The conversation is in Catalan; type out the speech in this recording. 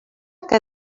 que